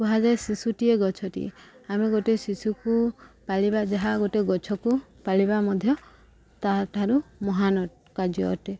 କୁହାଯାଏ ଶିଶୁଟିଏ ଗଛଟିଏ ଆମେ ଗୋଟେ ଶିଶୁକୁ ପାଳିବା ଯାହା ଗୋଟେ ଗଛକୁ ପାଳିବା ମଧ୍ୟ ତା'ଠାରୁ ମହାନ କାର୍ଯ୍ୟ ଅଟେ